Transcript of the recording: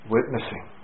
witnessing